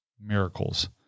miracles